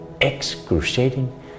excruciating